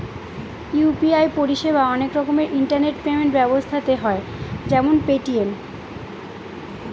UPI পরিষেবা অনেক রকমের ইন্টারনেট পেমেন্ট ব্যবস্থাতে হয় যেমন পেটিএম